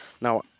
Now